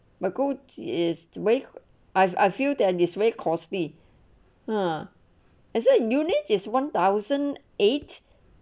but goal is wake I've I feel that this red costly ah as a unit is one thousand eight